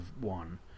one